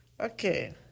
Okay